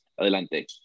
adelante